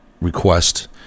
request